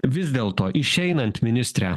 vis dėlto išeinant ministre